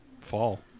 fall